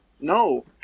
No